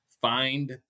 find